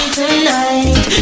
tonight